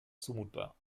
zumutbar